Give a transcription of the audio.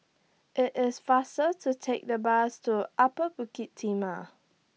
IT IS faster to Take The Bus to Upper Bukit Timah